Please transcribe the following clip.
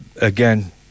again